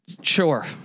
sure